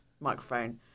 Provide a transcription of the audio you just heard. microphone